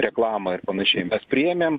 reklamą ir panašiai mes priėmėm